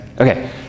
Okay